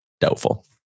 Doubtful